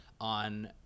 on